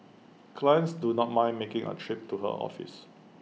clients do not mind making A trip to her office